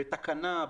בתקנה,